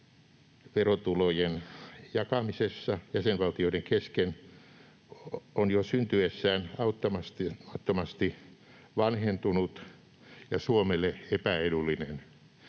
verotulojen jakamisessa jäsenvaltioiden kesken, on jo syntyessään auttamattomasti vanhentunut ja Suomelle epäedullinen.